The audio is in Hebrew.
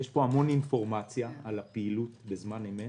יש פה המון אינפורמציה על הפעילות בזמן אמת